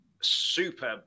super